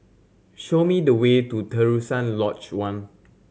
show me the way to Terusan Lodge One